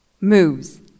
moves